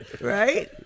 right